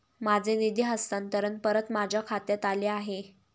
माझे निधी हस्तांतरण परत माझ्या खात्यात आले आहे